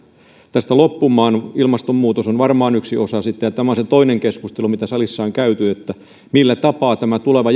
tästä loppumaan ilmastonmuutos on varmaan yksi osa sitä ja tämä on se toinen keskustelu mitä salissa on käyty että millä tapaa tämä tuleva